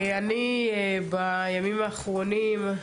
אני בימים האחרונים,